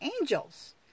angels